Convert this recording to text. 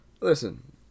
Listen